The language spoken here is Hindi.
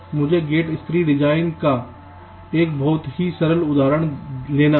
मुझे गेट स्तरीय डिज़ाइन का एक बहुत ही सरल उदाहरण लेना है